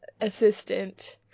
assistant